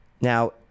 Now